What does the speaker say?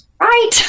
Right